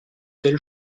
telle